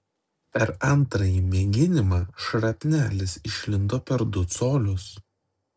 per antrąjį mėginimą šrapnelis išlindo per du colius